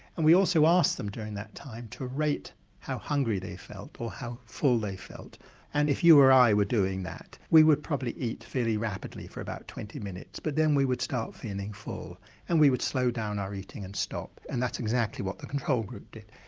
and we also asked them during that time to rate how hungry they felt, or how full they felt and if you or i were doing that we would probably eat fairly rapidly for about twenty minutes but then we would start feeling full and we would slow down our eating and stop and that's exactly what the control group did.